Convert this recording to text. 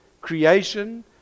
Creation